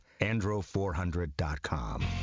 andro400.com